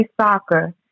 soccer